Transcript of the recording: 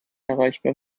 erreichbar